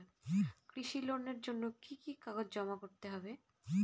কৃষি লোনের জন্য কি কি কাগজ জমা করতে হবে?